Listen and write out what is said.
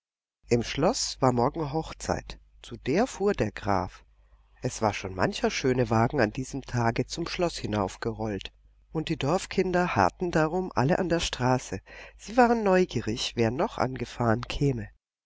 im schloß war morgen hochzeit zu der fuhr der graf es war schon mancher schöne wagen an diesem tage zum schloß hinaufgerollt und die dorfkinder harrten darum alle an der straße sie waren neugierig wer noch angefahren käme